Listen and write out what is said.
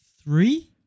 three